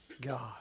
God